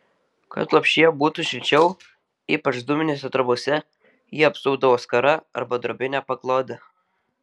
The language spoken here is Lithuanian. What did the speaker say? kad lopšyje būtų šilčiau ypač dūminėse trobose jį apsupdavo skara arba drobine paklode